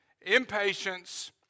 Impatience